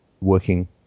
working